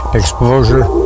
exposure